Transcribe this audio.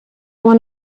one